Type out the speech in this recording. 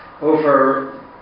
over